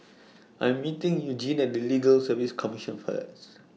I Am meeting Eugene At Legal Service Commission First